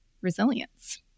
resilience